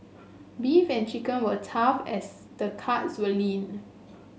beef and chicken were tough as the cuts were lean